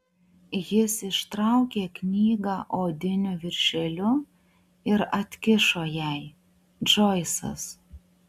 jis ištraukė knygą odiniu viršeliu ir atkišo jai džoisas